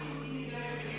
מה יהודי מגרש